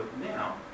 now